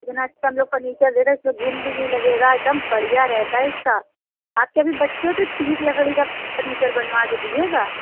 اتنا اچھا ہم لوگ فرنیچر دے رہے ہیں اِس میں گُھن بھی نہیں لگے گا ایک دم بڑھیا رہتا ہے اِس کا آپ کے بھی بچے ہو تو ٹیک لکڑی کا فرنیچر بنوا کے دیجئے گا